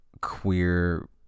queer